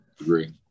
agree